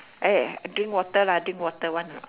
eh I drink water lah drink water want or not